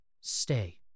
Stay